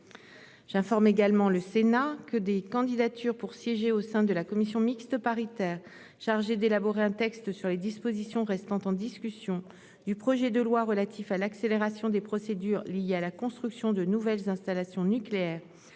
J'informe également le Sénat que des candidatures pour siéger au sein de la commission mixte paritaire chargée d'élaborer un texte sur les dispositions restant en discussion du projet de loi relatif à l'accélération des procédures liées à la construction de nouvelles installations nucléaires